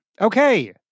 Okay